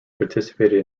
participated